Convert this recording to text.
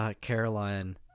Caroline